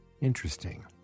Interesting